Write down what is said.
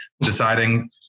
deciding